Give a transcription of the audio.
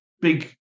big